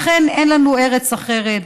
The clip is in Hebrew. אכן, אין לנו ארץ אחרת.